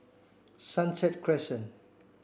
Sunset Crescent